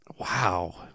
Wow